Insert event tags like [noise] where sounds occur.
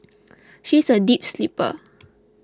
[noise] she is a deep sleeper [noise]